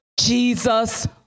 Jesus